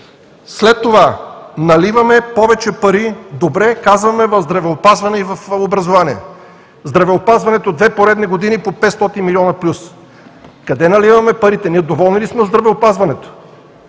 След това наливаме повече пари в здравеопазване и в образование. В здравеопазването две поредни години по плюс 500 милиона. Къде наливаме парите? Ние доволни ли сме от здравеопазването?